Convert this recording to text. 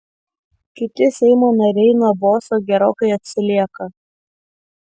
kiti seimo nariai nuo boso gerokai atsilieka